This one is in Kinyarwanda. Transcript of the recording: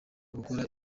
gukora